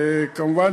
כמובן,